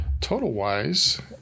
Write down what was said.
Total-wise